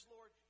Lord